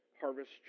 Harvest